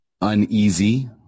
uneasy